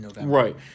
Right